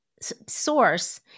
Source